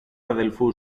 αδελφού